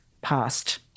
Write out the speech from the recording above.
passed